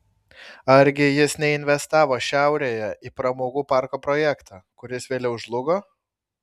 argi jis neinvestavo šiaurėje į pramogų parko projektą kuris vėliau žlugo